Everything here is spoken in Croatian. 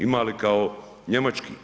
Ima li kao njemački?